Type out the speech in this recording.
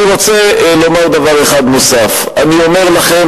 אני רוצה לומר דבר אחד נוסף: אני אומר לכם,